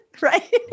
Right